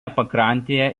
pakrantėje